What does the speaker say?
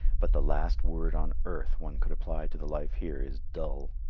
but the last word on earth one could apply to the life here is dull.